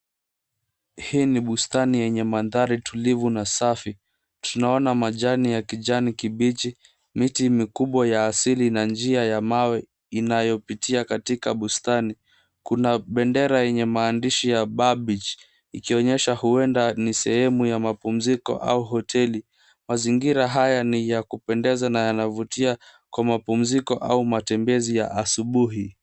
Hii ni bustani yenye mandhari tulivu na safi. Tunaona majani ya kijani kibichi, miti mikubwa ya asili na njia ya mawe inayopitia katika bustani. Kuna bendera yenye maandishi ya Barbich ikionyesha huenda ni sehemu ya mapumziko au hoteli. Mazingira haya ni ya kupendeza na yanavutia kwa mapumziko au matembezi ya asubuhi.